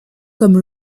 comme